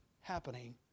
happening